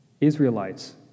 Israelites